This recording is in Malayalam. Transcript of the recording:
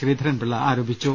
ശ്രീധരൻപിള്ള ആരോപിച്ചു